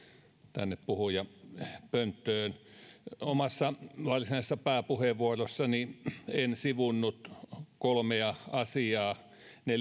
tänne puhujapönttöön omassa varsinaisessa pääpuheenvuorossani en sivunnut kolmea asiaa ne